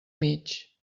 mig